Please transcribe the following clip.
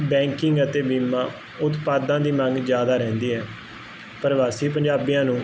banking ਅਤੇ ਬੀਮਾ ਉਤਪਾਦਾਂ ਦੀ ਮੰਗ ਜਿਆਦਾ ਰਹਿੰਦੀ ਹੈ ਪ੍ਰਵਾਸੀ ਪੰਜਾਬੀਆਂ ਨੂੰ